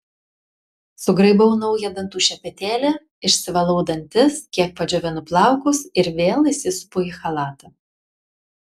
sugraibau naują dantų šepetėlį išsivalau dantis kiek padžiovinu plaukus ir vėl įsisupu į chalatą